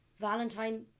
Valentine